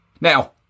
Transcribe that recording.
Now